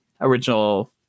original